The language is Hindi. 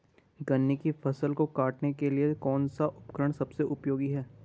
गन्ने की फसल को काटने के लिए कौन सा उपकरण सबसे उपयोगी है?